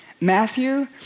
Matthew